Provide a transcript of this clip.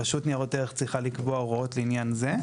רשות לניירות ערך צריכה לקבוע הוראות לעניין זה.